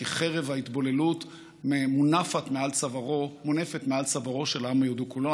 כי חרב ההתבוללות מונפת מעל צווארו של העם היהודי כולו.